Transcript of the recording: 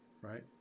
right